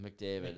McDavid